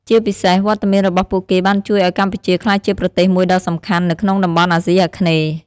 ជាពិសេស វត្តមានរបស់ពួកគេបានជួយឱ្យកម្ពុជាក្លាយជាប្រទេសមួយដ៏សំខាន់នៅក្នុងតំបន់អាស៊ីអាគ្នេយ៍។